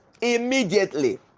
immediately